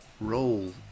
roll